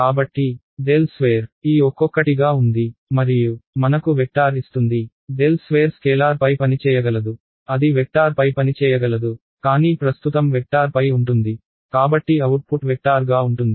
కాబట్టి ∇2 ఈ ఒక్కొక్కటిగా ఉంది మరియు మనకు వెక్టార్ ఇస్తుంది ∇2 స్కేలార్పై పనిచేయగలదు అది వెక్టార్పై పనిచేయగలదు కానీ ప్రస్తుతం వెక్టార్పై ఉంటుంది కాబట్టి అవుట్పుట్ వెక్టార్గా ఉంటుంది